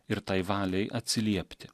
ir tai valiai atsiliepti